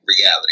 reality